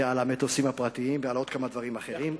ועל המטוסים הפרטיים, ועל עוד כמה דברים אחרים,